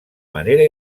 manera